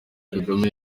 kagame